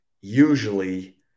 usually